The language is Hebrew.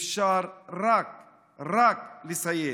אפשר רק לסיים.